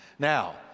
Now